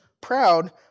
proud